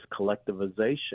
collectivization